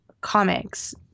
comics